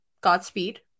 godspeed